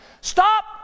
Stop